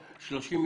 מאיר,